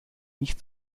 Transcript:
nicht